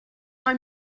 mae